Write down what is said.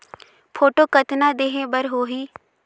Photo कतना देहें बर होहि?